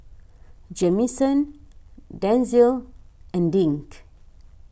Jamison Denzil and Dink